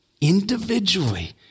individually